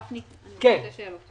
הרב גפני, יש לי שתי שאלות.